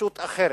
כישות אחרת,